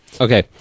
Okay